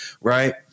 right